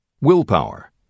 Willpower